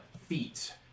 feet